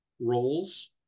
roles